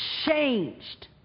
changed